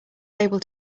able